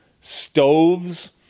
stoves